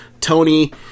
tony